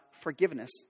forgiveness